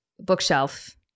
bookshelf